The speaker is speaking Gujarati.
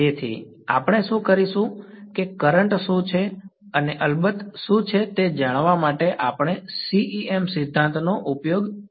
તેથી આપણે શું કરીશું કે કરંટ શું છે અને અલબત્ત શું છે તે જાણવા માટે આપણે CEM સિદ્ધાંતનો ઉપયોગ કરીશું